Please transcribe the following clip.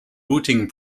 routing